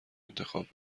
انتخاب